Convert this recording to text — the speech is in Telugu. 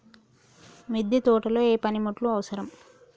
మిద్దె తోటలో ఏ పనిముట్లు అవసరం?